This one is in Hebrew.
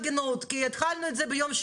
כמובן,